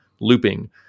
looping